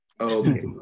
Okay